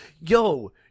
yo –